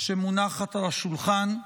שמונחת על השולחן,